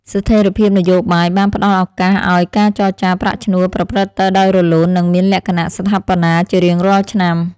ស្ថិរភាពនយោបាយបានផ្តល់ឱកាសឱ្យការចរចាប្រាក់ឈ្នួលប្រព្រឹត្តទៅដោយរលូន និងមានលក្ខណៈស្ថាបនាជារៀងរាល់ឆ្នាំ។